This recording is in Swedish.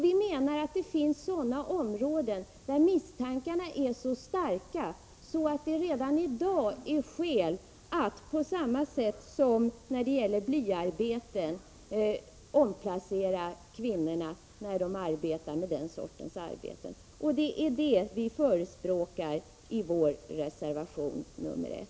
Vi menar att det finns områden där misstankarna är så starka att det redan i dag är skäl att, på samma sätt som vid blyarbete, omplacera gravida kvinnor. Det är det som vi förespråkar i vår reservation 1.